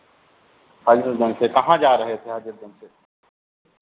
हज़रतगंज से कहाँ जा रहे थे हज़रतगंज से